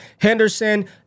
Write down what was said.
Henderson